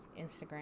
Instagram